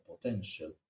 potential